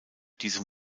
diese